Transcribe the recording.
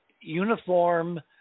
uniform